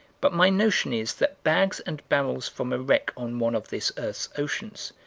but my notion is that bags and barrels from a wreck on one of this earth's oceans,